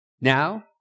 Now